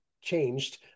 changed